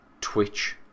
Twitch